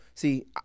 See